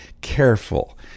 careful